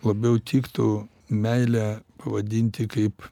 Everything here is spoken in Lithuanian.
labiau tiktų meilę pavadinti kaip